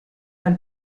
dal